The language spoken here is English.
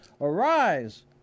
arise